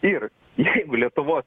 ir jeigu lietuvos